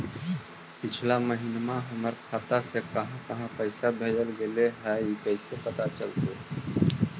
पिछला महिना हमर खाता से काहां काहां पैसा भेजल गेले हे इ कैसे पता चलतै?